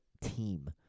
team